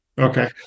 Okay